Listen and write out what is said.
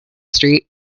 street